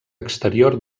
exterior